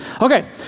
Okay